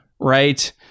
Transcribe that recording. right